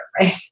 Right